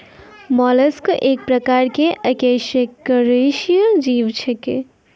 mollusc एक प्रकार के अकेशेरुकीय जीव छेकै